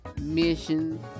missions